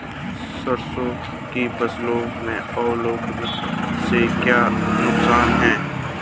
सरसों की फसल में ओलावृष्टि से क्या नुकसान है?